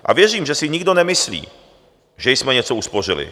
A věřím, že si nikdo nemyslí, že jsme něco uspořili.